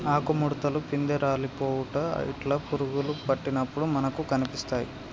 ఆకు ముడుతలు, పిందె రాలిపోవుట ఇట్లా పురుగులు పట్టినప్పుడు మనకు కనిపిస్తాయ్